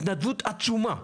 התנדבות עצומה.